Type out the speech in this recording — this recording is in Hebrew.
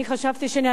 אני חשבתי שאני,